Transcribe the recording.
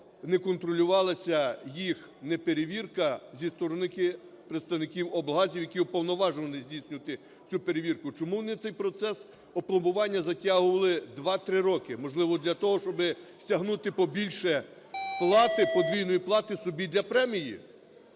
не контролювалася їх неперевірка зі сторони представників облгазів, які уповноважені здійснювати цю перевірку. Чому вони цей процес опломбування затягували два-три роки? Можливо для того, щоб стягнути побільше плати, подвійної плати собі для премії?